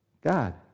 God